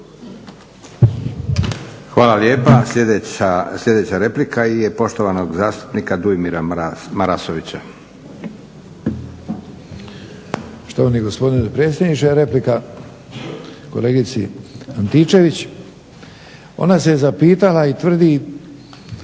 Hvala lijepa. Sljedeća replika je poštovanog zastupnika Dujomira Marasovića. **Marasović, Dujomir (HDZ)** Štovani gospodine predsjedniče replika kolegici Antičević. Ona se zapitala i tvrdi,